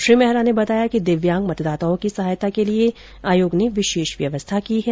श्री मेहरा ने बताया कि दिव्यांग मतदाताओं की सहायता के लिए आयोग ने विशेष व्यवस्था की है